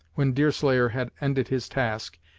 when deerslayer had ended his task,